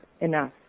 Enough